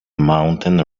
mountain